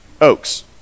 oaks